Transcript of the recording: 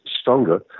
stronger